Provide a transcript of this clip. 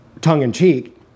tongue-in-cheek